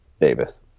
Davis